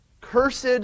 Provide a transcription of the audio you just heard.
Cursed